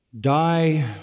die